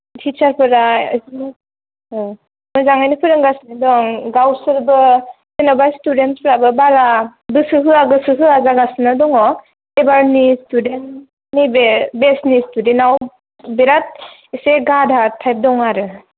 teacher फोरा actually मोजाङैनो फोरोंगासिनो दं गावसोरबो जेनेबा स्टुडेन्ट फ्राबो बारा गोसो होआ गोसो होआ जागासिनो दङ एबारनि स्टुडेन्ट नि बे बेस्थ नि स्टुडेन्टाव बिराद इसे गाधा टाइप दङ आरो